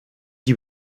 die